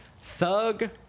Thug